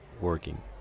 working